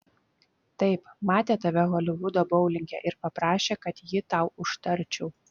taip matė tave holivudo boulinge ir paprašė kad jį tau užtarčiau